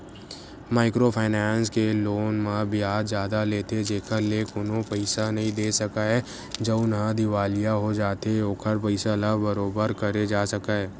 micro finance के loan म बियाज जादा लेथे जेखर ले कोनो पइसा नइ दे सकय जउनहा दिवालिया हो जाथे ओखर पइसा ल बरोबर करे जा सकय